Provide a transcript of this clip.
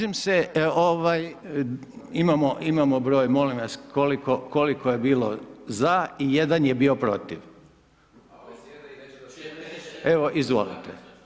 Imamo broj, molim vas, koliko je bilo ZA i jedan je bio PROTIV, evo izvolite.